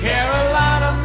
Carolina